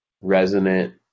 resonant